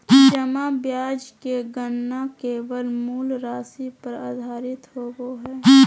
जमा ब्याज के गणना केवल मूल राशि पर आधारित होबो हइ